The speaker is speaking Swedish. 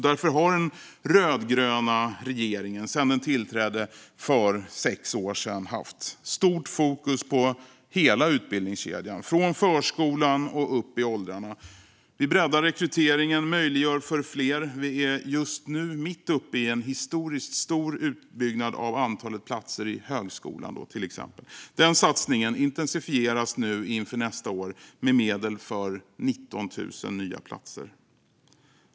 Därför har den rödgröna regeringen, sedan den tillträdde för sex år sedan, haft stort fokus på hela utbildningskedjan, från förskolan och vidare. Vi breddar rekryteringen och möjliggör för fler. Vi är till exempel just nu mitt uppe i en historiskt stor utbyggnad av antalet platser i högskolan. Den satsningen intensifieras inför nästa år med medel för 19 000 nya platser.